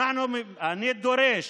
אני דורש